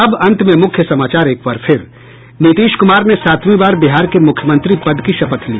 और अब अंत में मुख्य समाचार एक बार फिर नीतीश कूमार ने सातवीं बार बिहार के मूख्यमंत्री पद की शपथ ली